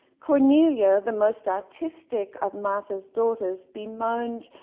cornelia, the most artistic of martha's daughters, bemoaned,